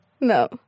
No